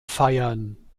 feiern